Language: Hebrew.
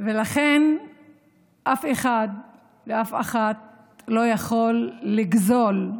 ולכן אף אחד ואף אחת לא יכולים לגזול,